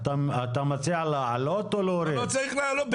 לא צריך להעלות.